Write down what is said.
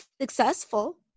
successful